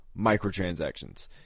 Microtransactions